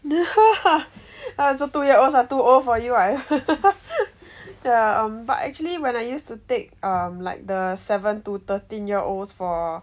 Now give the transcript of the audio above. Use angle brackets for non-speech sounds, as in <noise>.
<laughs> so two year olds are too old for you right <laughs> ya um but actually when I used to take um like the seven to thirteen year olds for